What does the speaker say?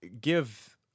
give